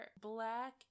Black